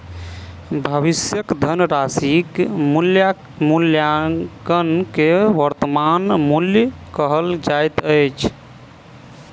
भविष्यक धनराशिक मूल्याङकन के वर्त्तमान मूल्य कहल जाइत अछि